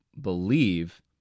believe